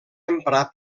emprar